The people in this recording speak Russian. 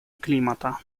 климата